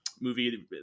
movie